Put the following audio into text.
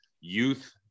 youth